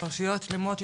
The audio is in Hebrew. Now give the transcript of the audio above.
פרשיות שלמות שהתפוצצו,